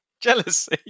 Jealousy